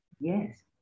Yes